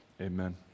Amen